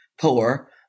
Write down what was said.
poor